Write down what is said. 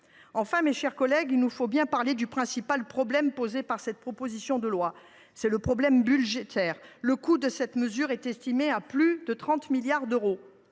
Enfin, mes chers collègues, il nous faut bien parler du principal problème soulevé par cette proposition de loi, à savoir le financement. Le coût de cette mesure est estimé à plus de 30 milliards d’euros,